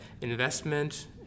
investment